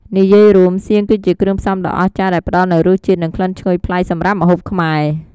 និយាយរួម សៀងគឺជាគ្រឿងផ្សំដ៏អស្ចារ្យដែលផ្តល់នូវរសជាតិ និងក្លិនឈ្ងុយប្លែកសម្រាប់ម្ហូបខ្មែរ។